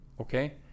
okay